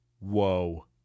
whoa